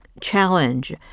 challenge